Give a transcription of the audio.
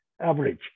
average